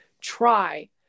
try